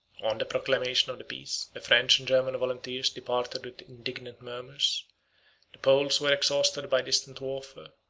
on the proclamation of the peace, the french and german volunteers departed with indignant murmurs the poles were exhausted by distant warfare,